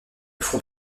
front